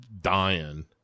dying